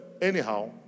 anyhow